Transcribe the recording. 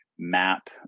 map